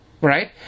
right